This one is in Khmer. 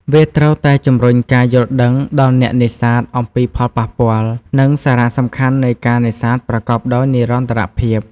វាត្រូវតែជំរុញការយល់ដឹងដល់អ្នកនេសាទអំពីផលប៉ះពាល់ និងសារៈសំខាន់នៃការនេសាទប្រកបដោយនិរន្តរភាព។